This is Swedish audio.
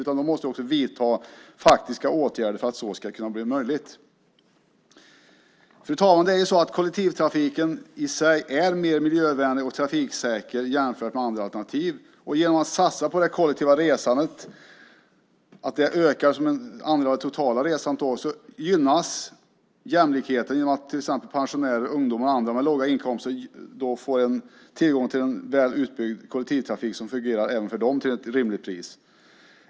Faktiska åtgärder måste vidtas för att det ska kunna bli möjligt. Fru talman! Kollektivtrafiken i sig är mer miljövänlig och trafiksäker än andra alternativ. Genom att satsa på ett ökat kollektivt resande som andel av det totala resandet gynnas jämlikheten genom att till exempel pensionärer, ungdomar och andra med låga inkomster då får tillgång till en väl utbyggd kollektivtrafik som till ett rimligt pris fungerar även för dem.